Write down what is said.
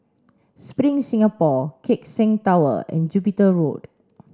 Spring Singapore Keck Seng Tower and Jupiter Road